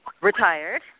retired